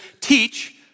teach